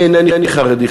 אני אינני חרדי,